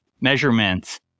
measurements